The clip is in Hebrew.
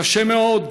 קשה מאוד.